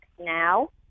Now